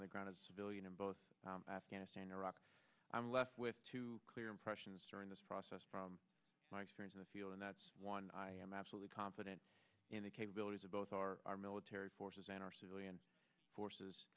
on the ground as a civilian in both afghanistan iraq i'm left with two clear impressions during this process from my experience in the field and that's one i am absolutely confident in the capabilities of both our military forces and our civilian forces